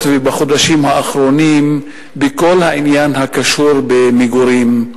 ובחודשים האחרונים בכל העניין הקשור במגורים.